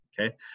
okay